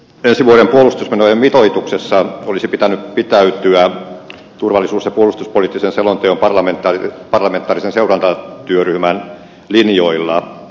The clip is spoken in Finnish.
ensi vuoden puolustusmenojen mitoituksessa olisi pitänyt pitäytyä turvallisuus ja puolustuspoliittisen selonteon parlamentaarisen seurantatyöryhmän linjoilla